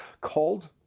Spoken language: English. called